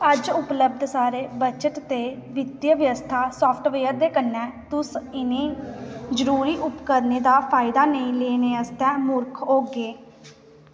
अज्ज उपलब्ध सारे बजट ते वित्तीय व्यवस्था साफ्टवेयर दे कन्नै तुस इ'नें जरूरी उपकरणें दा फायदा नेईं लैने आस्तै मूरख होगे